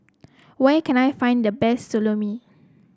where can I find the best Salami